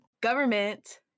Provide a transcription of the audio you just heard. government